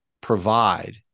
provide